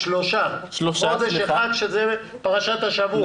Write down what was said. אני רוצה שעוד שבוע יהיה פתרון.